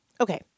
okay